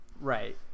Right